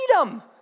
freedom